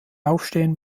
aufstehen